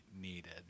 needed